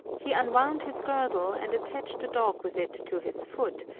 he unwound his girdle and attached the dog with it to his foot,